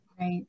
Right